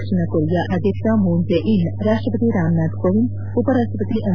ದಕ್ಷಿಣ Korea ಅಧ್ಯಕ್ಷ Moon Jae ಅವರು ರಾಷ್ಷಪತಿ ರಾಮನಾಥ್ ಕೋವಿಂದ್ ಉಪ ರಾಷ್ಷಪತಿ ಎಂ